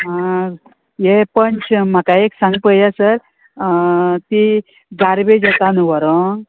हे पंच म्हाका एक सांग पया सर ती गार्बेज येता न्हू व्हरोंक